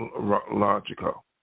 logical